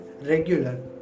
regular